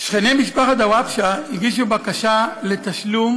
שכני משפחת דוואבשה הגישו בקשה לתשלום